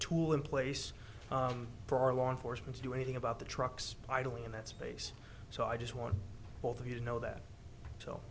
tool in place for our law enforcement to do anything about the trucks idling in that space so i just want both of you to know that